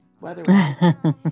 weather-wise